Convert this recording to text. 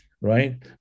right